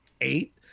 eight